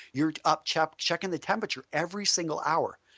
you are up checking checking the temperature every single hour,